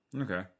okay